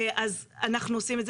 אנחנו עושים את זה.